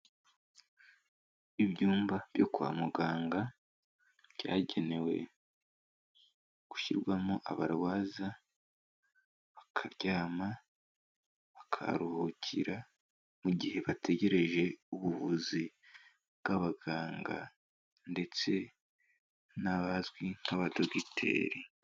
Ibyumba byo kwa uganga byagenewe gushyirwamo